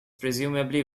presumably